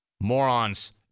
morons